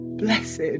Blessed